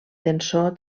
tensor